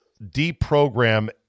deprogram